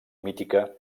mítica